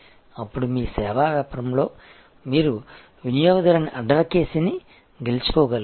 అప్పుడు మీ సేవా వ్యాపారంలో మీరు వినియోగదారుని అడ్వకేసీ ని గెలుచుకోగలుగుతారు